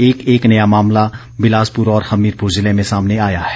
एक एक नया मामला बिलासपुर और हमीरपुर ज़िले में सामने आया है